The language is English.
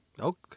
Okay